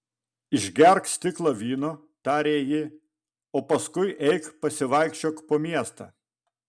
išgerk stiklą vyno tarė ji o paskui eik pasivaikščiok po miestą